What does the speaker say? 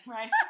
Right